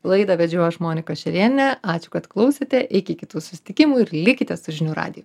laidą vedžiau aš monika šerėnė ačiū kad klausėte iki kitų susitikimų ir likite su žinių radiju